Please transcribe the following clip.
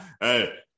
Hey